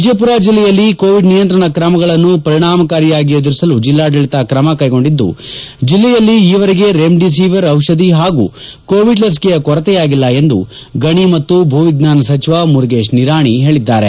ವಿಜಯಪುರ ಜಿಲ್ಲೆಯಲ್ಲಿ ಕೋವಿಡ್ ನಿಯಂತ್ರಣ ಕ್ರಮಗಳನ್ನು ಪರಿಣಾಮಕಾರಿಯಾಗಿ ಅನುಷ್ವಾನಗೊಳಿಸಲು ಜಿಲ್ಲಾಡಳಿತ ಕ್ರಮ ಕೈಗೊಂಡಿದ್ದು ಜಿಲ್ಲೆಯಲ್ಲಿ ಈವರೆಗೆ ರೆಮ್ಡಿಸಿವಿರ್ ಔಷಧಿ ಹಾಗೂ ಕೋವಿಡ್ ಲಸಿಕೆಯ ಕೊರತೆಯಾಗಿಲ್ಲ ಎಂದು ಗಣಿ ಮತ್ತು ಭೂವಿಜ್ಞಾನ ಸಚಿವ ಮುರುಗೇಶ್ ನಿರಾಣಿ ಹೇಳಿದ್ದಾರೆ